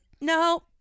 No